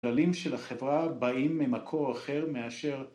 כללים של החברה באים ממקור אחר מאשר